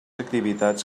activitats